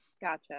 Gotcha